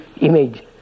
image